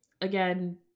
Again